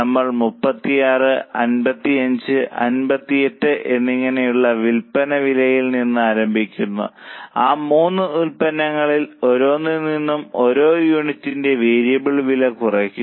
നമ്മൾ 36 55 58 എന്നിങ്ങനെയുള്ള വിൽപ്പന വിലയിൽ നിന്ന് ആരംഭിക്കുന്നു ആ മൂന്ന് ഉൽപ്പന്നങ്ങളിൽ ഓരോന്നിൽ നിന്നും ഓരോ യൂണിറ്റിന്റെ വേരിയബിൾ വില കുറയ്ക്കുക